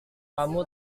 kamu